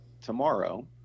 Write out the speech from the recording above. tomorrow